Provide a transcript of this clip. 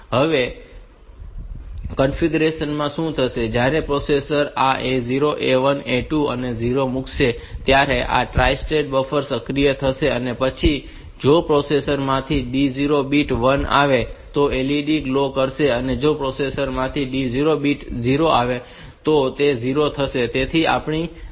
હવે આ કન્ફિગ્યુરેશન માં શું થશે કે જ્યારે પ્રોસેસર આ A0 A1 A2 ને 0 તરીકે મૂકશે અને આ ટ્રાઇ સ્ટેટ બફર સક્રિય થશે અને પછી જો પ્રોસેસર માંથી આ D0 બીટ 1 આવે તો આ LED ગ્લો કરશે અને જો પ્રોસેસર માંથી આ D0 બીટ 0 આવે તો તે 0 હશે